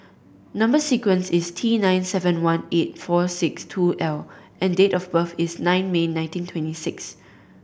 number sequence is T nine seven one eight four six two L and date of birth is nine May nineteen twenty six